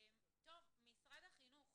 משרד החינוך,